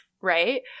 right